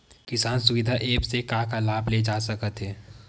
किसान सुविधा एप्प से का का लाभ ले जा सकत हे?